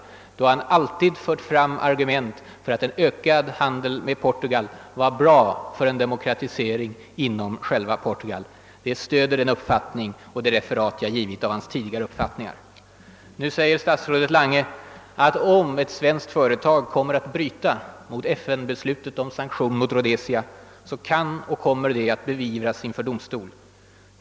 Då har han alltid framfört argumentet att en ökning av handeln med Portugal skulle vara bra för en demokratisering i moderlandet. Handelsministern stöder alltså .det referat jag gett av hans tidigare uppfattningar. Nu sade statsrådet Lange till slut att om ett svenskt företag kommer att bryta mot FN-beslutet om sanktion mot Rhodesia så kan och kommer det att beivras inför domstol.